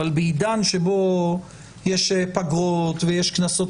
אבל בעידן שבו יש פגרות ויש כנסות